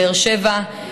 באר שבע,